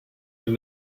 with